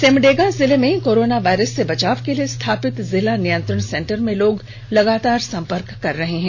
सिमडेगा जिले में corona virus से बचाव के लिए स्थापित जिला नियंत्रण सेंटर में लोग लगातार संपर्क कर रहे हैं